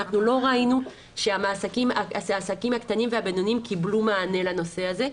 לא ראינו שהעסקים הקטנים והבינוניים קיבלו מענה לנושא הזה.